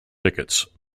tickets